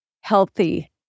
healthy